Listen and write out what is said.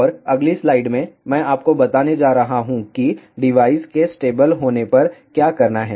और अगली स्लाइड में मैं आपको बताने जा रहा हूं कि डिवाइस के स्टेबल होने पर क्या करना है